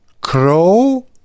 Crow